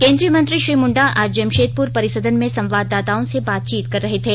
केंद्रीय मंत्री श्री मुंडा आज जमशेदपुर परिसदन में संवाददाताओं से बातचीत कर रहे थे